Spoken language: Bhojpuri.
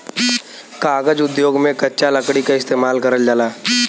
कागज उद्योग में कच्चा लकड़ी क इस्तेमाल करल जाला